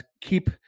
Keep